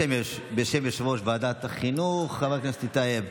בשם יושב-ראש ועדת החינוך חבר הכנסת טייב.